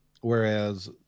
Whereas